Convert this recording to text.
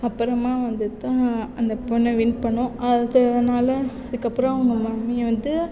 அப்புறமா வந்து தான் அந்த பொண்ணு வின் பண்ணும் அதனால் அதுக்கப்புறம் அவங்க மம்மியை வந்து